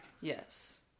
yes